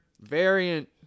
variant